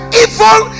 evil